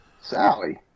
Sally